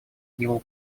его